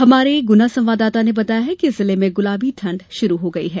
हमारे गुना संवाददाता ने बताया कि जिले में गुलाबी ठंड शुरू हो गई है